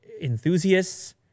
enthusiasts